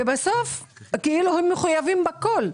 ובסוף הם מחויבים בכול.